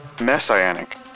messianic